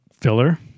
filler